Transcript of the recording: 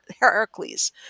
heracles